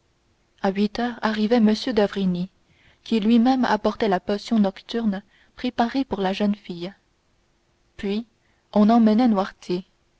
à huit heures arrivait m d'avrigny qui lui-même apportait la potion nocturne préparée pour la jeune fille puis on emmenait